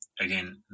again